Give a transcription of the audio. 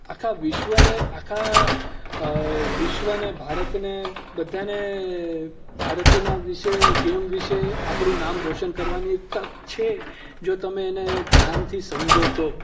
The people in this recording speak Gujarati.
આખા વિશ્વને આખા વિશ્વને ભારતને બધાને ભારતના વિશે ગેમ વિશે આપણું નામ રોશન કરવાની એક તક છે જો તમે એને ધ્યાનથી સમજો તો